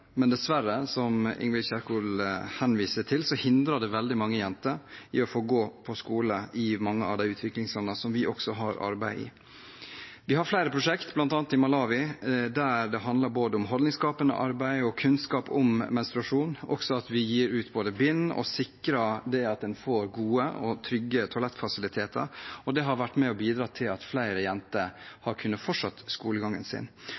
men dessverre, som Ingvild Kjerkol henviser til, hindrer det veldig mange jenter i å få gå på skole i mange av de utviklingslandene som vi også har arbeid i. Vi har flere prosjekt, bl.a. i Malawi, der det handler om både holdningsskapende arbeid og kunnskap om menstruasjon. Vi gir ut bind og sikrer at en får gode og trygge toalettfasiliteter. Det har vært med på å bidra til at flere jenter har kunnet fortsette skolegangen sin.